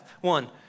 One